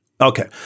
Okay